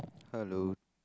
hello